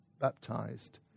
baptized